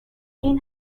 این